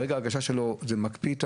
ברגע ההגשה זה מקפיא את